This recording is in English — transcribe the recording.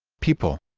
people